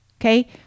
Okay